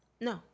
No